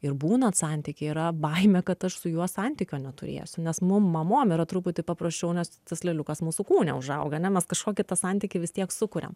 ir būnant santyky yra baimė kad aš su juo santykio neturėsiu nes mum mamom yra truputį paprasčiau nes tas lėliukas mūsų kūne užauga ane mes kažkokį tą santykį vis tiek sukuriam